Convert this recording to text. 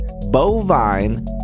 Bovine